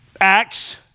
Acts